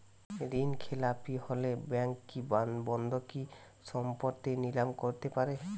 ঋণখেলাপি হলে ব্যাঙ্ক কি বন্ধকি সম্পত্তি নিলাম করতে পারে?